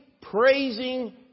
praising